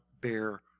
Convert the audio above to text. bear